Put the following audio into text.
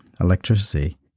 electricity